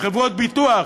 חברות ביטוח,